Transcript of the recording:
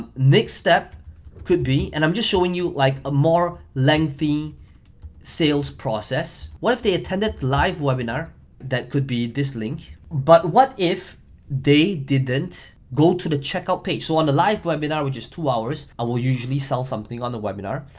next step could be and i'm just showing you like a more lengthy sales process. what if they attended live webinar that could be this link. but what if they didn't go to the checkout page. so on the live webinar, which is two hours, i will usually sell something on the webinar.